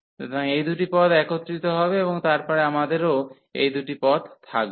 সুতরাং এই দুটি পদ একত্রিত হবে এবং তারপরে আমাদেরও এই দুটি পদ থাকবে